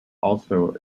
also